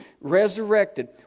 resurrected